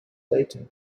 later